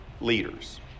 leaders